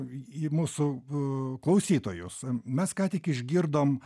į mūsų klausytojus mes ką tik išgirdom